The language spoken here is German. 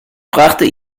brachte